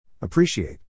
Appreciate